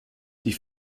die